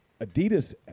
Adidas